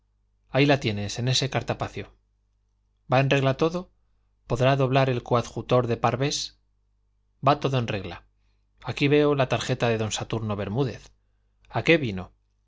ahí la tienes en ese cartapacio va en regla todo podrá doblar el coadjutor de parves todo va en regla aquí veo una tarjeta de don saturno bermúdez a qué vino